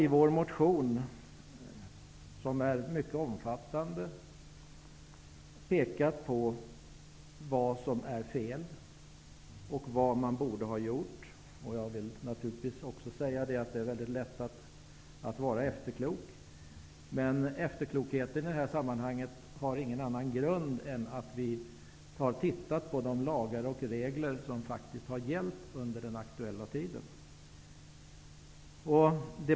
I vår motion, som är ganska omfattande, har vi pekat på vad som är fel och vad man borde ha gjort. Jag vill naturligtvis säga att det är väldigt lätt att vara efterklok. Men efterklokheten i detta sammanhang har ingen annan grund än att vi har sett på de lagar och regler som faktiskt har gällt under den aktuella tiden.